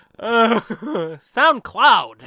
soundcloud